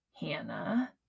Hannah